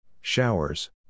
showers